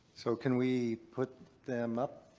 so can we put them up.